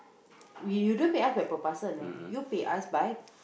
we you don't pay us by per parcel you know you pay us by